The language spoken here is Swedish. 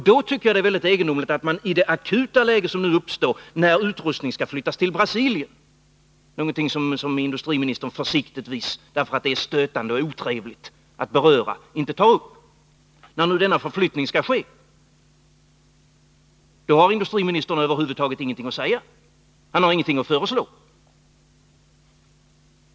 I det akuta läge som nu uppstår, när utrustning skall flyttas till Brasilien — någonting som industriministern försiktigtvis inte tar upp, därför att det är stötande och otrevligt att beröra — är det mycket egendomligt att industriministern inte har någonting att säga eller att föreslå.